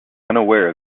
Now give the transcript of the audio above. unaware